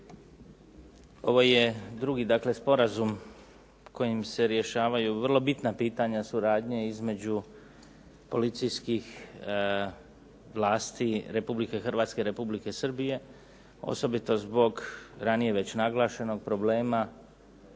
Ovo je drugi dakle sporazum kojim se rješavaju vrlo bitna pitanja suradnje između policijskih vlasti Republike Hrvatske i Republike Srbije osobito zbog ranije već naglašenog problema